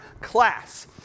class